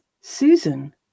Susan